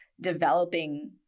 developing